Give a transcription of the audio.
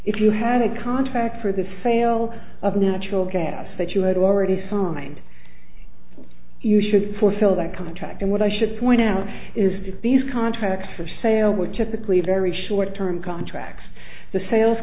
if you had a contract for the sale of natural gas that you had already signed you should fulfill that contract and what i should point out is that these contracts for sale were typically very short term contracts the sales